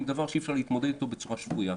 דבר שאי אפשר להתמודד איתו בצורה שפויה.